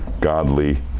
godly